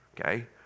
okay